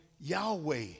Yahweh